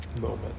moment